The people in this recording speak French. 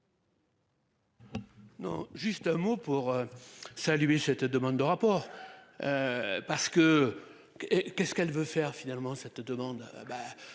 juste un mot pour. Saluer cette demande de rapport. Parce que. Qu'est ce qu'elle veut faire finalement cette demande.